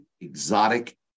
exotic